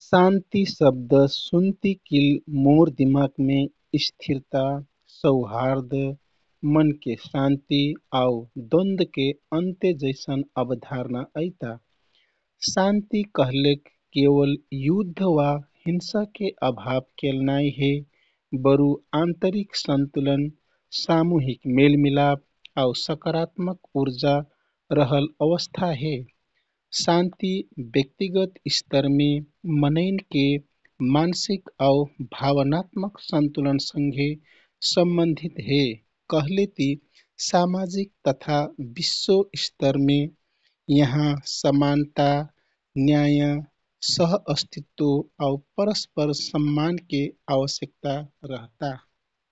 'न्याय' शब्द सुन्तिकिल मोर दिमागमे निष्पक्षता, सत्य, समानता आउ नैतिकता जैसन अवधआरणा अइता। न्याय कहलेक सही गलत बीचके सन्तुलन हे, जहाँ प्रत्येक उ योग्य स्थान, अधिकार वा दण्ड प्राप्त करे सिकता। न्याय कानुनी प्रणालीसँघे सम्बन्धित किल नाइ समाजिक, नैतिक आउ व्यक्तिगत तहमे फेकुन लागू हुइता। समाजमे न्याय तब स्थापित हुइता जब हरेक व्यक्ति ओहके समान अवसर, हक आउ सुरक्षाके प्रत्याभूति देहतियाँ।